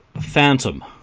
Phantom